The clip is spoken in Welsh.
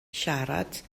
siarad